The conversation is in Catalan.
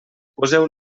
poseu